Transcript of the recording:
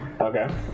Okay